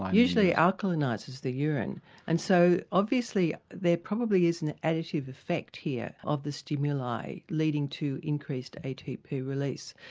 usually alkalinizes the urine and so obviously there probably is an additive effect here of the stimuli leading to increased atp release.